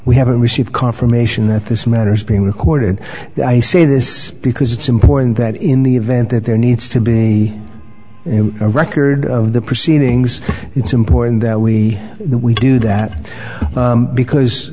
we haven't received confirmation that this matter is being recorded i say this because it's important that in the event that there needs to be a record of the proceedings it's important that we we do that because